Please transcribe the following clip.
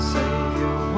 Savior